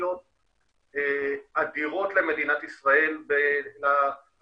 אסטרטגיות אדירות למדינת ישראל בעשור